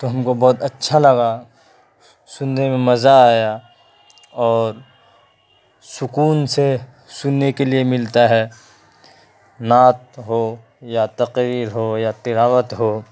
تو ہم کو بہت اچھا لگا سننے میں مزہ آیا اور سکون سے سننے کے لیے ملتا ہے نعت ہو یا تقریر ہو یا تلاوت ہو